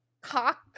cock